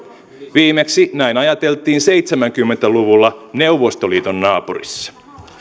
viimeksi näin ajateltiin seitsemänkymmentä luvulla neuvostoliiton naapurissa